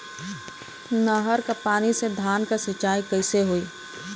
नहर क पानी से धान क सिंचाई कईसे होई?